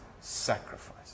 sacrifice